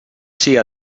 sia